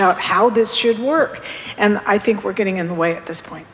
out how this should work and i think we're getting in the way at this point